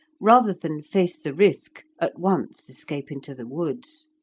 rather than face the risk at once escape into the woods.